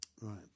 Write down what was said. Right